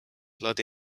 blood